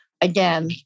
Again